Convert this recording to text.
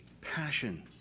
Passion